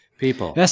People